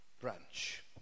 branch